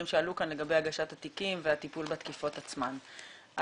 שעלו כאן לגבי הגשת התיקים והטיפול בתקיפות עצמן.